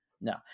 No